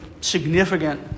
significant